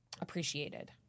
appreciated